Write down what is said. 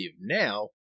now